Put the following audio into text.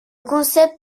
concept